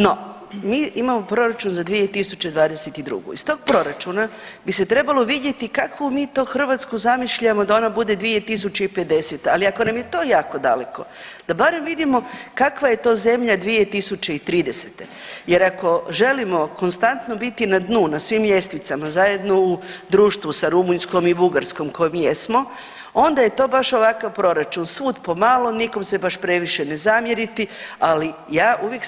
No, mi imamo proračun za 2022., iz tog proračuna bi se trebalo vidjeti kakvu mi to Hrvatsku zamišljamo da ona bude 2050., ali ako nam je to jako daleko da barem vidimo kakva je to zemlja 2030. jer ako želimo konstantno biti na dnu na svim ljestvicama zajedno u društvu sa Rumunjskom i Bugarskom koje mi jesmo onda je to baš ovakav proračun, svud pomalo, nikom se baš previše ne zamjeriti, ali ja uvijek